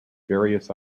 various